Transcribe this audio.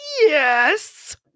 yes